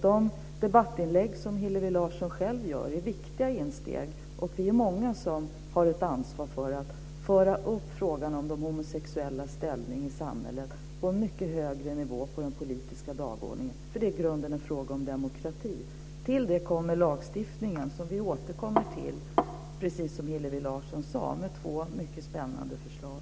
De debattinlägg som Hillevi Larsson själv gör är viktiga steg. Vi är många som har ansvar för att föra upp frågan som de homosexuellas ställning i samhället på en mycket högre nivå på den politiska dagordningen. Det är i grunden en fråga om demokrati. Till det kommer lagstiftningen, som vi återkommer till, precis som Hillevi Larsson sade, med två mycket spännande förslag.